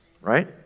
right